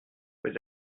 vous